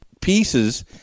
pieces